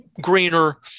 greener